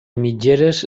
mitgeres